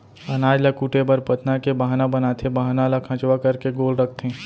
अनाज ल कूटे बर पथना के बाहना बनाथे, बाहना ल खंचवा करके गोल रखथें